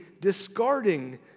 discarding